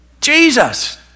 Jesus